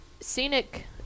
Scenic